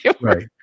right